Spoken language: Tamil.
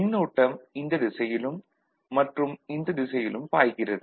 மின்னோட்டம் இந்த திசையிலும் மற்றும் இந்த திசையிலும் பாய்கிறது